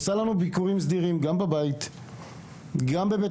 נטלי עושה לנו ביקורים סדירים גם בבית גם בבית